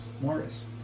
Morris